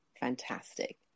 Fantastic